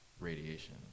radiation